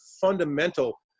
fundamental